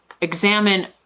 examine